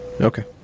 Okay